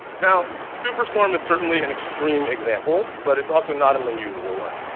now, superstorm is certainly an extreme example, but it's also not an unusual one.